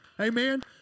Amen